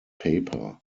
paper